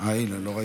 אלא דרך המהות,